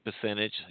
percentage